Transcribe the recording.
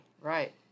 Right